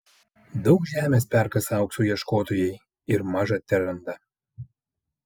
daug žemės perkasa aukso ieškotojai ir maža teranda